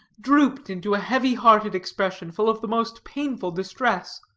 drooped into a heavy-hearted expression, full of the most painful distress.